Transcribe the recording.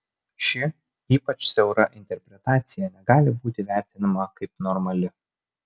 ši ypač siaura interpretacija negali būti vertinama kaip normali